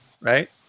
right